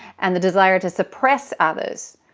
and the desire to suppress others.